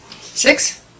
Six